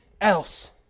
else